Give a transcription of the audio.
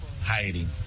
hiding